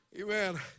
Amen